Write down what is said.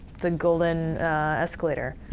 the golden escalator